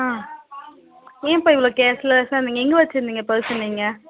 ஆ ஏன்ப்பா இவ்வளோ கேர்ஸ்லெஸாக இருந்தீங்க எங்கே வச்சுருந்தீங்க பர்ஸு நீங்கள்